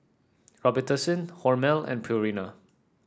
Robitussin Hormel and Purina